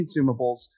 consumables